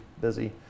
busy